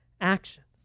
actions